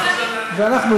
ואומר שהמציאות,